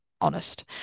honest